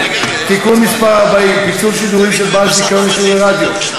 (תיקון מס' 40) (פיצול שידורים של בעל זיכיון לשידורי רדיו),